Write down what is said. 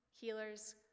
Healers